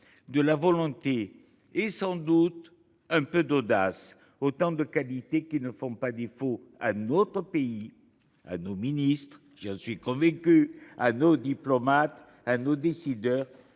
de la volonté et sans doute un peu d’audace. Autant de qualités qui ne font pas défaut à notre pays, ni, j’en suis convaincu, à nos ministres, à nos diplomates,